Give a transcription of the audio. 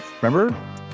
remember